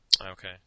Okay